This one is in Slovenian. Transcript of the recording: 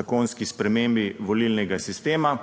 zakonski spremembi volilnega sistema,